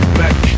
back